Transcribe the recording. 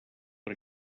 per